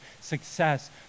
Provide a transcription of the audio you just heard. success